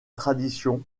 tradition